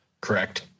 Correct